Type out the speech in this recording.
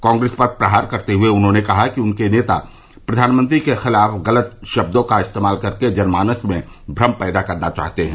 कांग्रेस पर प्रहार करते हुये उन्होंने कहा कि उसके नेता प्रधानमंत्री के खिलाफ ग़लत शब्दों का इस्तेमाल करके जनमानस में भ्रम पैदा करना चाहते हैं